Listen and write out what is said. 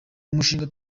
umushinga